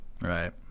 right